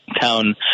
town